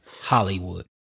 hollywood